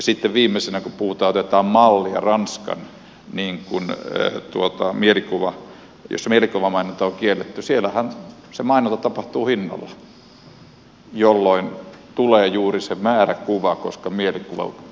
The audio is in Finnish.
sitten viimeisenä kun puhutaan että otetaan mallia ranskasta jossa mielikuvamainonta on kielletty siellähän se mainonta tapahtuu hinnalla jolloin tulee juuri se väärä kuva koska mielikuva asiat ovat kiellettyjä